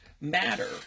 matter